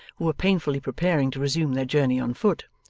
who were painfully preparing to resume their journey on foot.